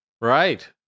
Right